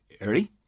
early